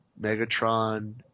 Megatron